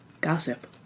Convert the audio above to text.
gossip